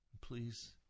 Please